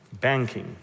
banking